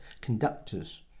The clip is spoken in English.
conductors